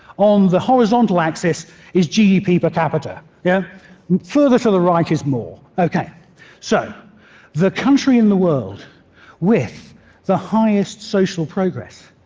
on the horizontal axis is gdp per capita. yeah further to the right is more. so the country in the world with the highest social progress,